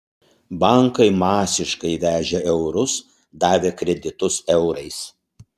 bankai masiškai vežė eurus davė kreditus eurais